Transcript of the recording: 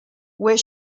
where